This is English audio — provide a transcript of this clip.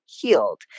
healed